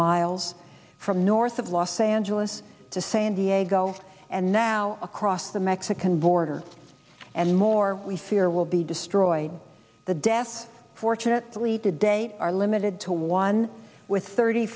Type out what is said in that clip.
miles from north of los angeles to san diego and now across the mexican border and more we fear will be destroyed the deaf fortunately today are limited to one with thirty